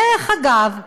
דרך אגב,